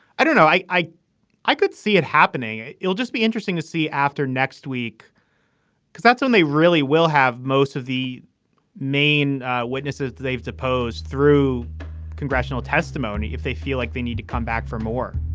i don't know. i i i could see it happening. it'll just be interesting to see after next week because that's when they really will have most of the main witnesses that they've deposed through congressional testimony if they feel like they need to come back for more